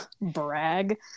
brag